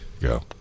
go